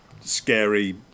scary